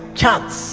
chance